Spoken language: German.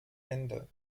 ende